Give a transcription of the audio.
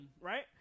right